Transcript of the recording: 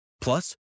Plus